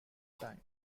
time